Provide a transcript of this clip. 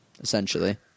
essentially